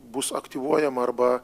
bus aktyvuojama arba